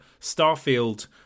Starfield